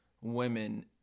women